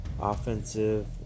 offensive